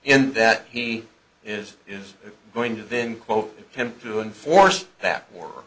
and that he is is going to then quote him to enforce that w